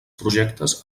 projectes